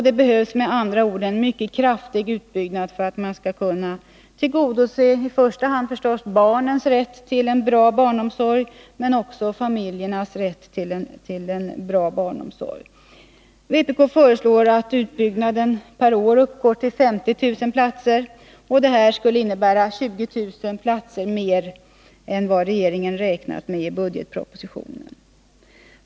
Det behövs med andra ord en mycket kraftig utbyggnad för att man skall kunna tillgodose i första hand förstås barnens rätt men också familjernas rätt till en bra barnomsorg. Vpk föreslår att utbyggnaden per år skall uppgå till 50 000 platser. Det skulle innebära 20 000 platser mer än vad regeringen räknat med i budgetpropositionen.